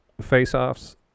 face-offs